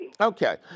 Okay